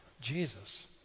Jesus